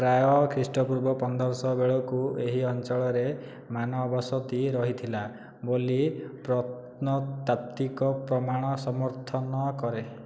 ପ୍ରାୟ ଖ୍ରୀଷ୍ଟପୂର୍ବ ପନ୍ଦରଶହ ବେଳକୁ ଏହି ଅଞ୍ଚଳରେ ମାନବ ବସତି ରହିଥିଲା ବୋଲି ପ୍ରତ୍ନତାତ୍ୱିକ ପ୍ରମାଣ ସମର୍ଥନ କରେ